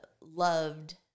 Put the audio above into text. loved